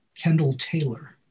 Kendall-Taylor